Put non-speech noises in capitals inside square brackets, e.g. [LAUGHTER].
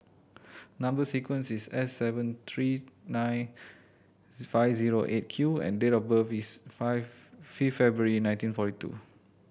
number sequence is S seven three nine [UNINTELLIGIBLE] five zero Eight Q and date of birth is five [UNINTELLIGIBLE] February nineteen forty two